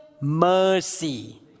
mercy